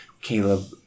Caleb